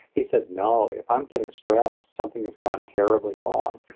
he said, no, if i'm getting stressed, something has gone terribly wrong.